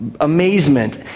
amazement